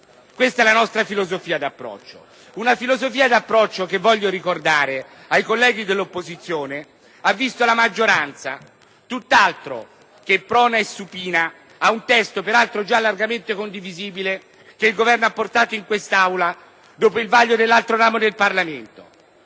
Questa è la nostra filosofia di approccio, una filosofia che - ricordo ai colleghi dell'opposizione - ha visto la maggioranza tutt'altro che prona e supina ad un testo, peraltro già largamente condivisibile, che il Governo ha portato in Aula dopo il vaglio da parte dell'altro ramo del Parlamento.